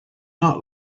not